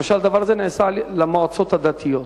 למשל, הדבר הזה נעשה במועצות הדתיות.